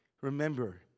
Remember